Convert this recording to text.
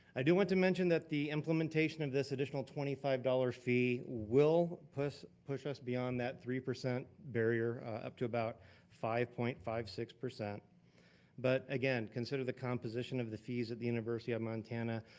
i do want to mention that the implementation of this additional twenty five dollars fee will push push us beyond that three percent barrier up to about five point five six, but again, consider the composition of the fees at the university of montana,